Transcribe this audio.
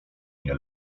nie